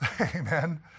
amen